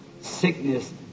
sickness